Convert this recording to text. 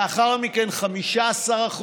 לאחר מכן, על 15%,